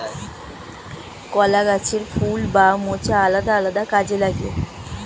কলা গাছের ফুল বা মোচা আলাদা আলাদা কাজে লাগে